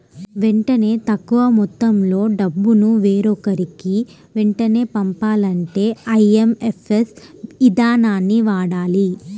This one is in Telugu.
వెంటనే తక్కువ మొత్తంలో డబ్బును వేరొకరికి వెంటనే పంపాలంటే ఐఎమ్పీఎస్ ఇదానాన్ని వాడాలి